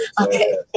Okay